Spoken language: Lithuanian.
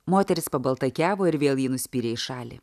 moteris pabaltakiavo ir vėl jį nuspyrė į šalį